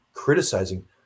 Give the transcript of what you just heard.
criticizing